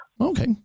okay